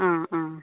ആ ആ